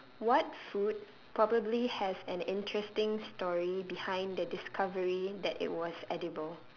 what food probably has an interesting story behind the discovery that it was edible